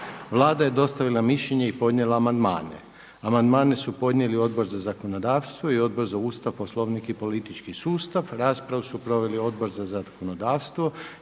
Vlada je dostavila mišljenje i podnijela amandmane. Amandmane su podnijeli Odbor za zakonodavstvo i Odbor za Ustav, Poslovnik i politički sustav. Raspravu su proveli Odbor za zakonodavstvo